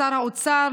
לשר האוצר,